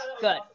good